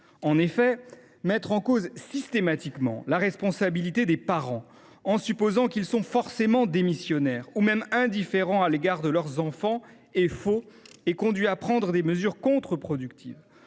En effet, mettre en cause systématiquement la responsabilité des parents en supposant qu’ils sont forcément démissionnaires, ou même indifférents à l’égard de leurs enfants, ce qui est faux,… Pas toujours !… est contre productif.